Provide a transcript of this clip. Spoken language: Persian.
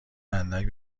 اندک